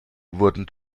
wurden